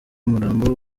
umurambo